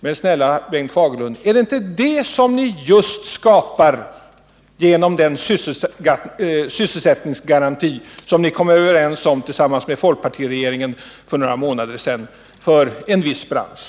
Men, snälla Bengt Fagerlund, är det inte just det som ni skapar genom den sysselsättningsgaranti som ni för några månader sedan kom överens med folkpartiregeringen om för en viss bransch?